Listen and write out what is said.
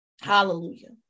hallelujah